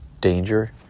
danger